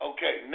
Okay